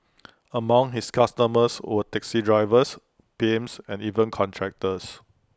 among his customers were taxi drivers pimps and even contractors